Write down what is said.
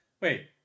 Wait